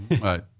right